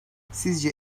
sizce